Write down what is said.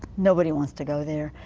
nobody wants to go there.